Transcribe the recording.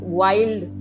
wild